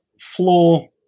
floor